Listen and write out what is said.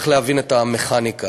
צריך להבין את המכניקה.